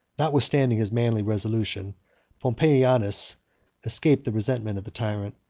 notwithstanding his manly resolution pompeianus escaped the resentment of the tyrant,